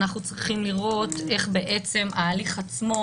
אנחנו צריכים לראות איך בעצם ההליך עצמו